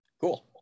Cool